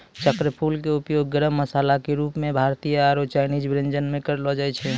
चक्रफूल के उपयोग गरम मसाला के रूप मॅ भारतीय आरो चायनीज व्यंजन म करलो जाय छै